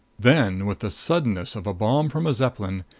then, with the suddenness of a bomb from a zeppelin,